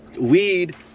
Weed